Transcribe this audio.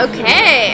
Okay